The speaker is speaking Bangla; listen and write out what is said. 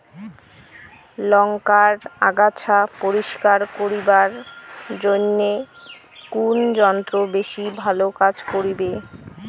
লংকার আগাছা পরিস্কার করিবার জইন্যে কুন যন্ত্র বেশি ভালো কাজ করিবে?